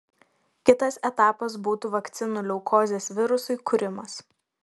kitas etapas būtų vakcinų leukozės virusui kūrimas